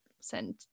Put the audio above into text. send